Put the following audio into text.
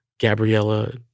Gabriella